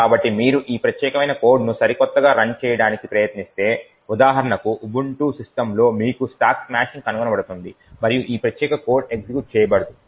కాబట్టి మీరు ఈ ప్రత్యేకమైన కోడ్ను మీ సరికొత్తగా రన్ చేయడానికి ప్రయత్నిస్తే ఉదాహరణకు ఉబుంటు సిస్టమ్స్లో మీకు స్టాక్ స్మాషింగ్ కనుగొనబడుతుంది మరియు ఈ ప్రత్యేక కోడ్ ఎగ్జిక్యూట్ చేయబడదు